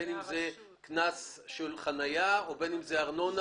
בין אם זה קנס בשל חניה ובין אם זה ארנונה,